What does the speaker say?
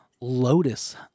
lotus